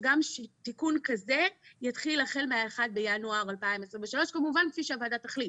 שגם תיקון כזה יתחיל החל מה-1 בינואר 2023. כמובן כפי שהוועדה תחליט.